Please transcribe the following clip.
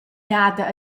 jada